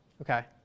Okay